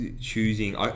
choosing